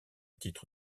titre